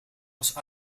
was